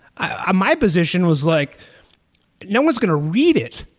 ah my position was like no one's going to read it,